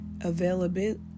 availability